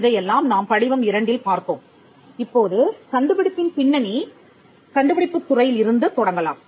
இதையெல்லாம் நாம் படிவம் 2ல் பார்த்தோம் இப்போது கண்டுபிடிப்பின் பின்னணி கண்டுபிடிப்புத் துறையில் இருந்து தொடங்கலாம்